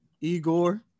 Igor